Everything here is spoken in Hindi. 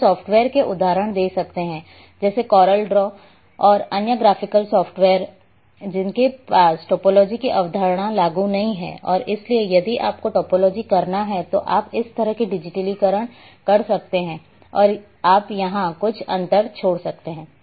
यहाँ सॉफ्टवेयर के उदाहरण दे सकते हैं जैसे कोरल ड्रॉ और अन्य ग्राफिकल सॉफ्टवेयर जिनके पास टोपोलॉजी की अवधारणा लागू नहीं है और इसलिए यदि आपको डिजिटलीकरण करना है तो आप इस तरह का डिजिटलीकरण कर सकते हैं और आप यहां कुछ अंतर छोड़ सकते हैं